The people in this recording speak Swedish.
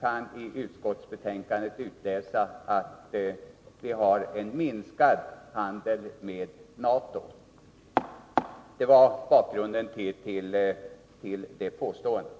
kan i utskottsbetänkandet utläsa att vi har en minskad handel med NATO. Det var bakgrunden till den uppmaning jag riktade till Oswald Söderqvist.